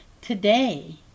Today